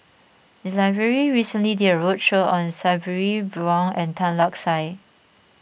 the library recently did a roadshow on Sabri Buang and Tan Lark Sye